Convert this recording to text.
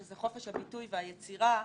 שזה חופש הביטוי והיצירה,